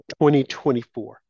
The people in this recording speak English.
2024